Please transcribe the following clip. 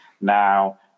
Now